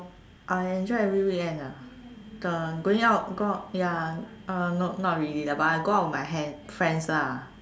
I enjoy every weekend ah the going out go out ya uh not really lah but I go out with my friend friends lah